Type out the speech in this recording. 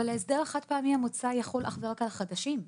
אבל ההסדר החד-פעמי המוצע יחול אך ורק על חדשים.